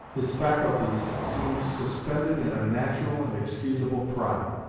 his faculties seemed suspended in a natural and excusable pride.